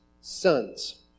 sons